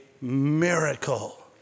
miracle